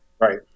Right